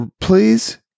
please